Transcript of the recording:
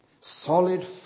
Solid